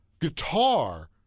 guitar